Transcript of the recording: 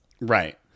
Right